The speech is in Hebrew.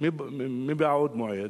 מבעוד מועד: